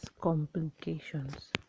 complications